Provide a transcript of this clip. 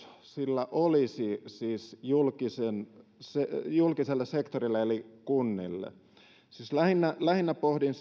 sillä olisi siis julkiselle sektorille eli kunnille siis lähinnä lähinnä pohdin